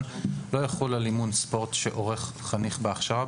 לא יחול על אימון ספורט שעורך חניך בהכשרה,